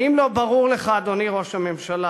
האם לא ברור לך, אדוני ראש הממשלה,